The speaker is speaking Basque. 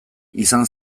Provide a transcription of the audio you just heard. izan